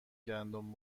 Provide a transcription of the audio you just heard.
گندم